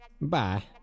Bye